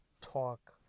talk